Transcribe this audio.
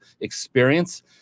experience